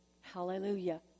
Hallelujah